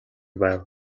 байв